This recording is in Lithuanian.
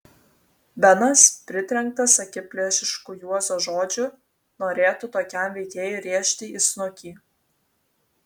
benas pritrenktas akiplėšiškų juozo žodžių norėtų tokiam veikėjui rėžti į snukį